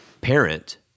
parent